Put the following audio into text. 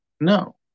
no